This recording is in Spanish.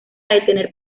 detener